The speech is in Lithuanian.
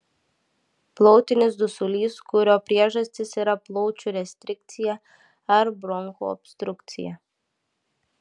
plautinis dusulys kurio priežastys yra plaučių restrikcija ar bronchų obstrukcija